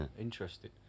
Interesting